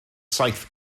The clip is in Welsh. saith